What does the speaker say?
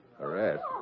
Arrest